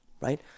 right